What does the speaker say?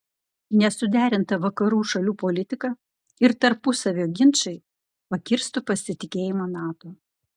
nesuderinta vakarų šalių politika ir tarpusavio ginčai pakirstų pasitikėjimą nato